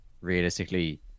realistically